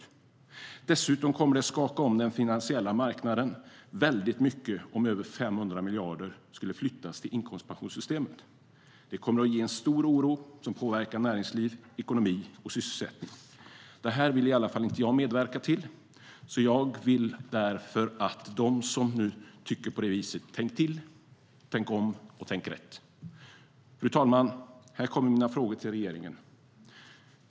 Fru talman! Här kommer mina frågor till regeringen.